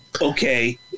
okay